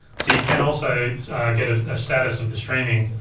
so you can also get a status of the streaming.